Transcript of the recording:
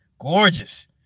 gorgeous